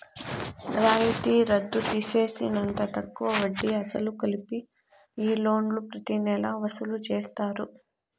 రాయితీ రద్దు తీసేసినంత తక్కువ వడ్డీ, అసలు కలిపి ఈ లోన్లు ప్రతి నెలా వసూలు చేస్తారు